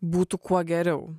būtų kuo geriau